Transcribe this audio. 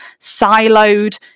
siloed